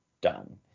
done